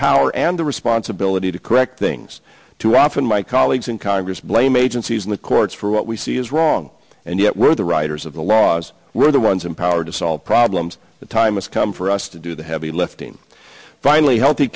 power and the responsibility to correct things too often my colleagues in congress blame agencies in the courts for what we see as wrong and yet where the writers of the laws were the ones in power to solve problems the time has come for us to do the heavy lifting finally healthy